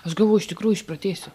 aš galvoju iš tikrųjų išprotėsiu